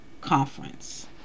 conference